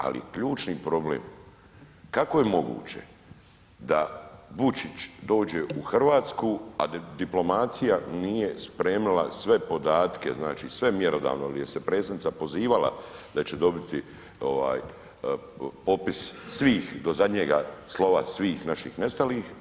Ali ključni problem, kako je moguće da Vučić dođe u Hrvatsku, a diplomacija nije spremila sve podatke, znači sve mjerodavno jer se Predsjednica pozivala da će dobiti popis svih do zadnjega slova svih naših nestalih?